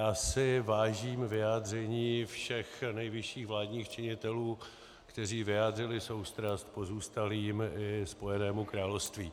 Já si vážím vyjádření všech nejvyšších vládních činitelů, kteří vyjádřili soustrast pozůstalým i Spojenému království.